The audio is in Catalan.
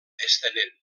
estenent